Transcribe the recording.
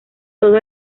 todo